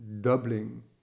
doubling